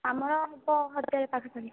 ଆମର ହେବ ହଜାରେ ପାଖାପାଖି